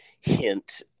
hint